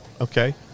Okay